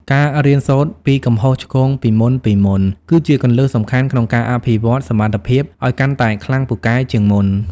ការរៀនសូត្រពីកំហុសឆ្គងពីមុនៗ គឺជាគន្លឹះសំខាន់ក្នុងការអភិវឌ្ឍសមត្ថភាពឱ្យកាន់តែខ្លាំងពូកែជាងមុន។